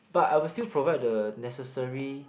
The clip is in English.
but I will still provide the necessary